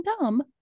dumb